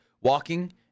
walking